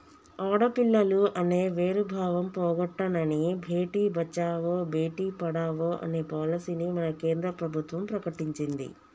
ఆడపిల్లలు అనే వేరు భావం పోగొట్టనని భేటీ బచావో బేటి పడావో అనే పాలసీని మన కేంద్ర ప్రభుత్వం ప్రకటించింది